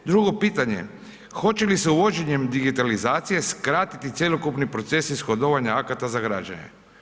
Drugo pitanje, hoće li se uvođenjem digitalizacije skratiti cjelokupni proces ishodovanje akata za građenje?